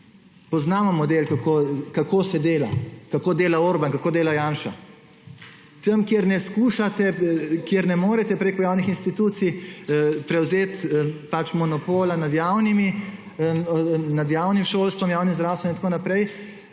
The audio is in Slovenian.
Poznamo model, kako se dela, kako dela Orban, kako dela Janša. Tam, kjer ne morete preko javnih institucij prevzeti monopola nad javnim šolstvom, javnim zdravstvom in tako naprej,